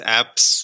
apps